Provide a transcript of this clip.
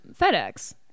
fedex